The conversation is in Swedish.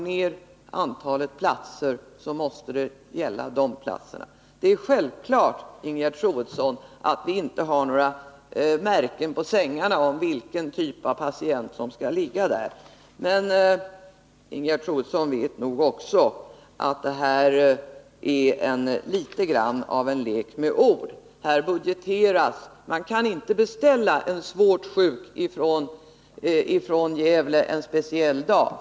Om man minskar antalet platser måste det gälla dem. Det är självklart, Ingegerd Troedsson, att vi inte har några märken på sängarna som anger vilken typ av patient som skall ligga där. Men Ingegerd Troedsson vet nog också att det här är litet grand av en lek med ord. Man kan inte beställa en svårt sjuk från Gävle en speciell dag.